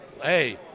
hey